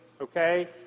okay